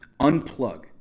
Unplug